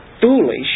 foolish